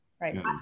Right